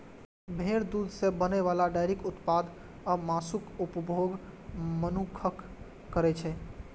भेड़क दूध सं बनै बला डेयरी उत्पाद आ मासुक उपभोग मनुक्ख करै छै